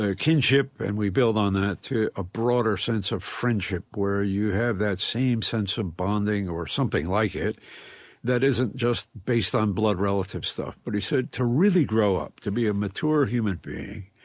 ah kinship and we build on that to a broader sense of friendship where you have that same sense of bonding or something like it that isn't just based on blood relative stuff but he said to really grow up, to be a mature human being,